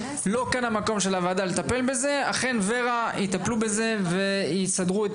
לא כאן המקום של הוועדה לטפל בזה ואכן ורה יטפלו בזה ויסדרו את